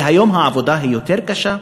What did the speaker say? והיום העבודה היא יותר קשה,